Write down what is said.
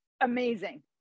amazing